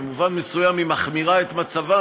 במובן מסוים היא מחמירה את מצבם,